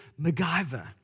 MacGyver